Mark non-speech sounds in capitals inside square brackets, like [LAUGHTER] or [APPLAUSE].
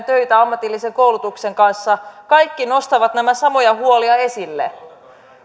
[UNINTELLIGIBLE] töitä ammatillisen koulutuksen kanssa kaikki nostavat näitä samoja huolia esille